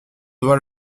doit